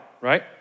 right